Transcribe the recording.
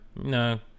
no